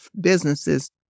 businesses